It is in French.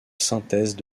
synthèse